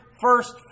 first